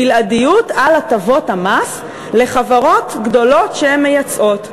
בלעדיות על הטבות המס לחברות גדולות שהן מייצאות.